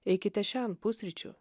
eikite šen pusryčių